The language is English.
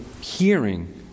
hearing